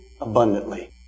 abundantly